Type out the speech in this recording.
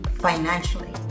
financially